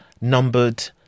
numbered